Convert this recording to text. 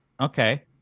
Okay